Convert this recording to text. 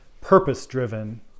purpose-driven